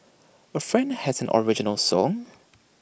A friend has an original song